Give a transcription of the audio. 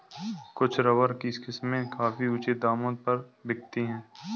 कुछ रबर की किस्में काफी ऊँचे दामों पर बिकती है